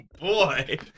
boy